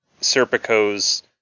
Serpico's